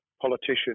politician